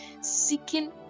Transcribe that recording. seeking